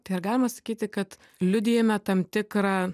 tai ar galima sakyti kad liudijame tam tikrą